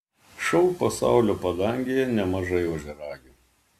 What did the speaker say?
šou pasaulio padangėje nemažai ožiaragių